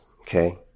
okay